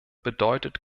bedeutet